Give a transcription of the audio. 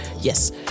Yes